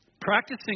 Practicing